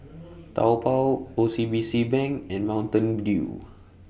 Taobao O C B C Bank and Mountain Dew